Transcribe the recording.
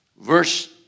Verse